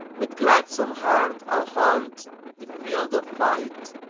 with gladsome heart i'll haunt the field of fight,